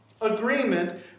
agreement